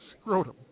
scrotum